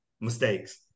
mistakes